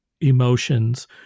emotions